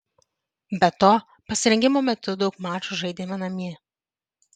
be to pasirengimo metu daug mačų žaidėme namie